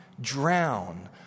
Drown